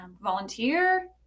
volunteer